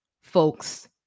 folks